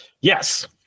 yes